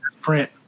print